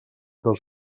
dels